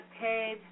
paid